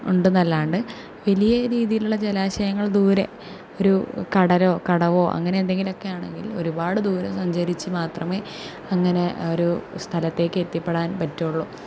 ഉണ്ട് എന്നല്ലാണ്ട് വലിയ രീതിയിലുള്ള ജലാശയങ്ങൾ ദൂരെ ഒരു കടലോ കടവോ അങ്ങനെ എന്തെങ്കിലൊക്കെ ആണെങ്കിൽ ഒരുപാട് ദൂരം സഞ്ചരിച്ച് മാത്രമേ അങ്ങനെ ഒരു സ്ഥലത്തേക്ക് എത്തിപ്പെടാൻ പറ്റുകയുള്ളൂ